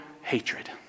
hatred